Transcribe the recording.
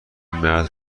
مرد